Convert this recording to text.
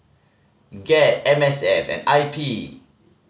GED M S F and I P